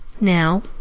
Now